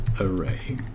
array